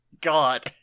god